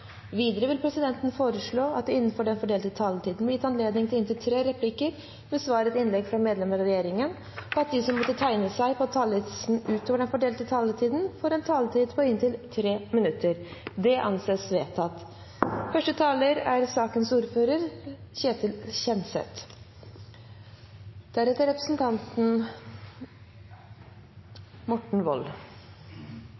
Videre vil presidenten foreslå at det – innenfor den fordelte taletid – blir gitt anledning til inntil tre replikker med svar etter innlegg fra medlemmer av regjeringen, og at de som måtte tegne seg på talerlisten utover den fordelte taletid, får en taletid på inntil 3 minutter. – Det anses vedtatt.